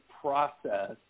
process